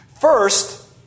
First